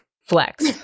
flex